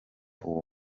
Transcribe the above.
uwo